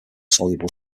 soluble